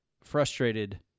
frustrated